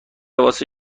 واسه